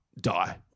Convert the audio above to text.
die